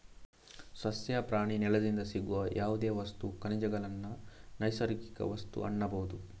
ಸಸ್ಯ, ಪ್ರಾಣಿ, ನೆಲದಿಂದ ಸಿಗುವ ಯಾವುದೇ ವಸ್ತು, ಖನಿಜಗಳನ್ನ ನೈಸರ್ಗಿಕ ವಸ್ತು ಅನ್ಬಹುದು